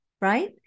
right